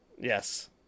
Yes